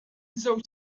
żewġ